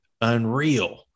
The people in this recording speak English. unreal